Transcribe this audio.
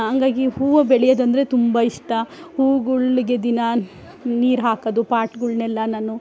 ಹಂಗಾಗಿ ಹೂವು ಬೆಳೆಯೋದ್ ಅಂದರೆ ತುಂಬ ಇಷ್ಟ ಹೂವುಗಳಿಗೆ ದಿನಾ ನೀರು ಹಾಕೋದು ಪಾಟ್ಗಳನ್ನೆಲ್ಲ ನಾನು